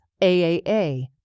AAA